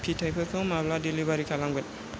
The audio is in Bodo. फिथाइफोरखौ माब्ला डेलिबारि खालामगोन